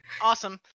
awesome